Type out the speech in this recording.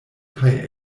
kaj